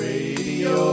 Radio